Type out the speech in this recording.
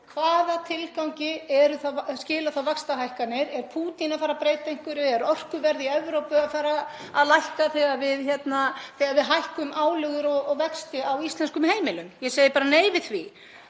Hvaða tilgangi skila þá vaxtahækkanir? Er Pútín að fara að breyta einhverju? Er orkuverð í Evrópu að fara að lækka þegar við hækkum álögur og vexti á íslensk heimili? Ég segi bara nei við því.